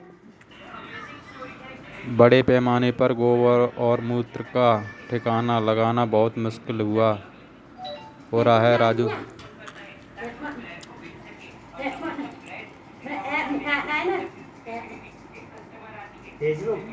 बड़े पैमाने पर गोबर और मूत्र का ठिकाना लगाना बहुत मुश्किल हो रहा है राजू